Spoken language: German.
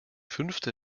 fünfte